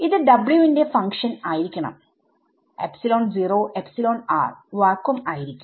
ഇത് ന്റെ ഫങ്ക്ഷൻ ആയിരിക്കണം വാക്വം ആയിരിക്കും